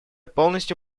полностью